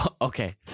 Okay